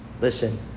Listen